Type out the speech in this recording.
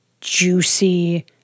juicy